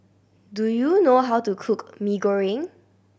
do you know how to cook Mee Goreng